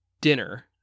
dinner